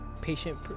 Patient